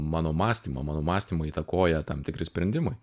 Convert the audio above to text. mano mąstymą mano mąstymą įtakoja tam tikri sprendimai